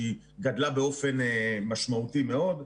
שהיא גדולה באופן משמעותי מאוד.